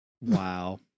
Wow